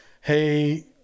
hey